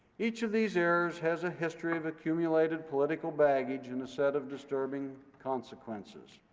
each of these errors has a history of accumulated political baggage, and a set of disturbing consequences.